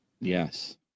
Yes